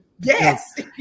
yes